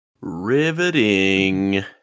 Riveting